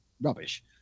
rubbish